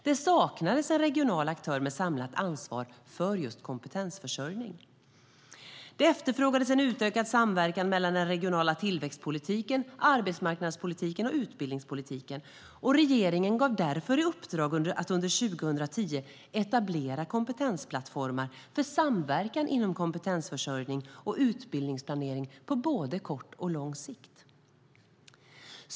Det saknades en regional aktör med samlat ansvar för kompetensförsörjningen. Det efterfrågades en utökad samverkan mellan den regionala tillväxtpolitiken, arbetsmarknadspolitiken och utbildningspolitiken. Regeringen gav därför i uppdrag att under 2010 etablera kompetensplattformar för samverkan inom kompetensförsörjning och utbildningsplanering på både kort och lång sikt.